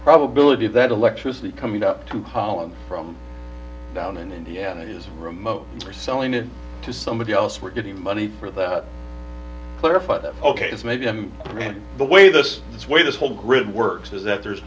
probability of that electricity coming up two columns from down in indiana is remote or selling it to somebody else we're getting money for that clarify that ok maybe i'm the way this is way this whole grid works is that there's